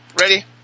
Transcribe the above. Ready